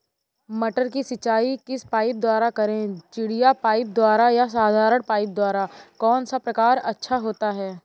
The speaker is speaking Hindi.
मटर की सिंचाई किस पाइप द्वारा करें चिड़िया पाइप द्वारा या साधारण पाइप द्वारा कौन सा प्रकार अच्छा होता है?